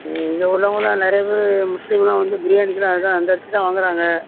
இங்கே உள்ளவங்களாம் நிறையா பேர் முஸ்லீமெலாம் வந்து பிரியாணிக்கெலாம் அதுதான் அந்த அரிசி தான் வாங்குறாங்க